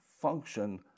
function